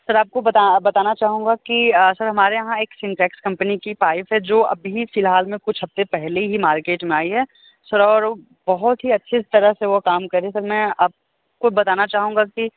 sir आपको बता बताना चाहूंगा कि सर हमारे यहाँ एक सिंटेक्स कंपनी की पाइप है जो अभी फ़िलहाल में कुछ हफ़्ते पहले ही मार्केट में आई है सर और वह बहुत ही अच्छे तरह से वह काम कर रही है सर मैं आप को बताना चाहूंगा कि